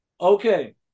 okay